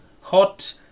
hot